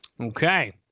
Okay